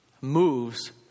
moves